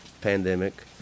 pandemic